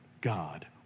God